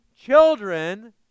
children